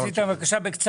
ולדימיר, בקשה.